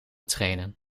trainen